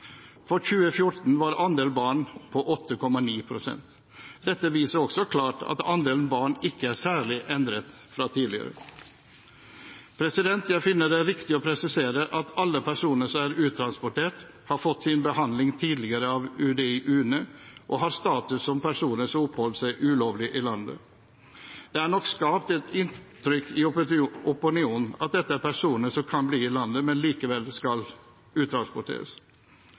For 2014 var andelen barn på 8,9 pst. Dette viser klart at andelen barn ikke er særlig endret fra tidligere. Jeg finner det riktig å presisere at alle personer som er uttransportert, har fått sin behandling tidligere av UDI/UNE, og har status som personer som oppholder seg ulovlig i landet. Det er nok skapt et inntrykk i opinionen av at dette er personer som kan bli i landet, men likevel skal uttransporteres.